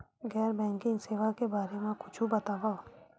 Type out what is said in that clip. गैर बैंकिंग सेवा के बारे म कुछु बतावव?